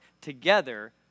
together